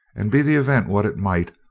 and be the event what it might,